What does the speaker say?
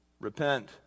Repent